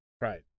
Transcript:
Right